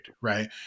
right